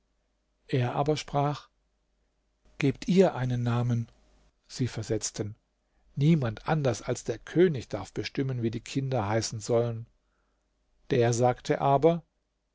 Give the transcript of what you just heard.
er aber sprach gebt ihr einen namen sie versetzten niemand anders als der könig darf bestimmen wie die kinder heißen sollen der sagte aber